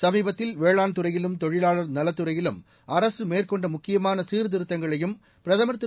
சமீபத்தில் வேளாண் துறையிலும் தொழிலாளர் நலத்துறையிலும் அரசு மேற்கொண்ட முக்கியமான சீர்திருத்தங்களையும் பிரதமர் திரு